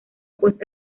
pues